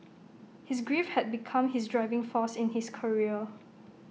his grief had become his driving force in his career